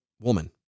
Woman